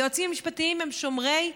היועצים המשפטיים הם שומרי סף,